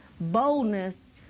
boldness